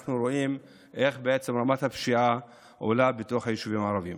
אנחנו רואים איך רמת הפשיעה עולה בתוך היישובים הערביים.